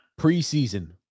preseason